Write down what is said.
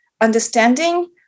understanding